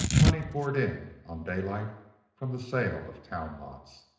money poured in on daylight from the sale of town lots.